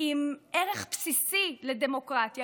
עם ערך בסיסי לדמוקרטיה,